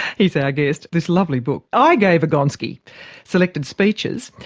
he's our guest, this lovely book i gave a gonski selected speeches.